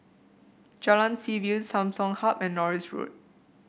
Jalan Seaview Samsung Hub and Norris Road